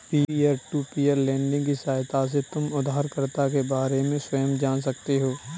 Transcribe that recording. peer to peer lending की सहायता से तुम उधारकर्ता के बारे में स्वयं जान सकते हो